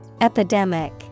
Epidemic